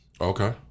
Okay